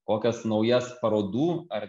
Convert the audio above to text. kokias naujas parodų ar